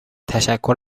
تشکر